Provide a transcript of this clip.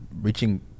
reaching